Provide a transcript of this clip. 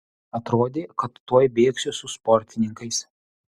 atrodė kad tuoj bėgsiu su sportininkais